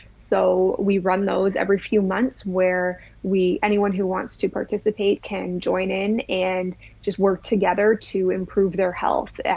so we run those every few months where we, anyone who wants to participate can join in and just work together to improve their health.